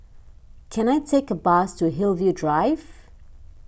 can I take a bus to Hillview Drive